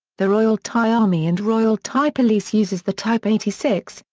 the royal thai army and royal thai police uses the type eighty six,